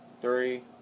three